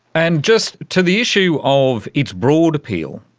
and just to the issue of its broad appeal,